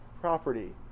property